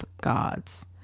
gods